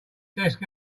desk